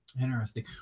Interesting